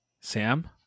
Sam